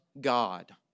God